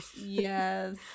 Yes